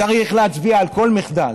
צריך להצביע על כל מחדל,